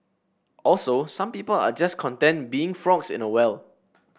also some people are just content being frogs in a well